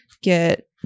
get